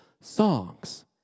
songs